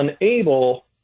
unable